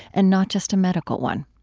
and not just a medical one.